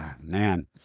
man